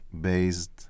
based